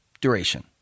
duration